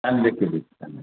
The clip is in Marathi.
चांगली केली आहेत त्याने